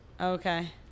Okay